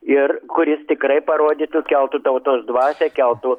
ir kuris tikrai parodytų keltų tautos dvasią keltų